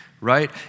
right